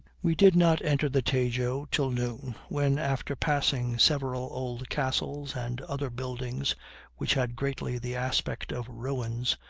we did not enter the tajo till noon, when, after passing several old castles and other buildings which had greatly the aspect of ruins,